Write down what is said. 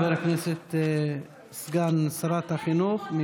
תודה, חבר הכנסת, סגן שרת החינוך.